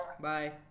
Bye